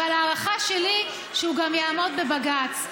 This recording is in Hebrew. אבל ההערכה שלי היא שהוא גם יעמוד בבג"ץ.